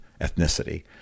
ethnicity